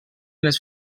les